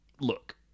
Look